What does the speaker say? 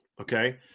okay